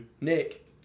Nick